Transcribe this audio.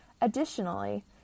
Additionally